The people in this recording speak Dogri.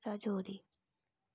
राजौरी